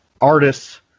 artists